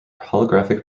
holographic